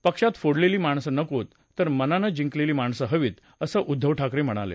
पक्षात फोडलेली माणसं नकोत तर मनानं जिंकलेली माणसं हवीत असं उद्दव ठाकरे म्हणाले